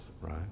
right